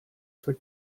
for